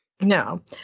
No